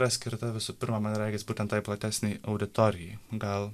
yra skirta visų pirma man regis būtent tai platesnei auditorijai gal